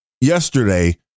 yesterday